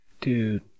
Dude